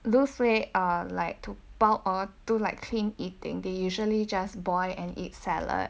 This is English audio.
lose weight or like to bulk or like do clean eating they usually just boil and eat salad